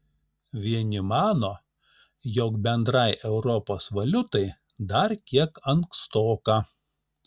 vieni mano jog bendrai europos valiutai dar kiek ankstoka